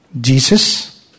Jesus